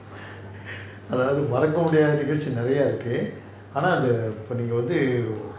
அதாவது மறக்க முடியாத நிகழ்ச்சி நெறய இருக்கு அனா இப்போ நீங்க வந்து:athaavathu maraka mudiyatha nigazchi neraya iruku aana ippo neenga vanthu